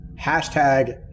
Hashtag